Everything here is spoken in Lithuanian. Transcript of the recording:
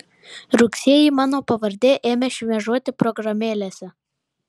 rugsėjį mano pavardė ėmė šmėžuoti programėlėse